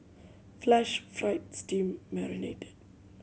flash fried steam marinated